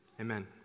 Amen